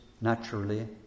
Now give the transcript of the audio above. naturally